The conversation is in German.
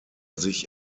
sich